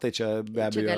tai čia be abejo